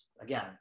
Again